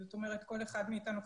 זאת אומרת כל אחד מאיתנו,